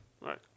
Right